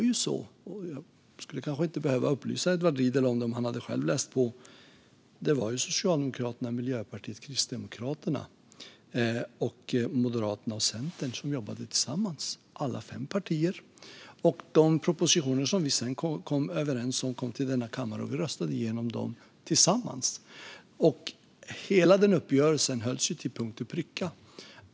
Jag hade inte behövt upplysa Edward Riedl om detta om han själv hade läst på, men det var de fem partierna Socialdemokraterna, Miljöpartiet, Kristdemokraterna, Moderaterna och Centern som jobbade tillsammans. De propositioner vi kom överens om kom sedan till kammaren, och vi röstade igenom dem tillsammans. Hela uppgörelsen hölls till punkt och pricka.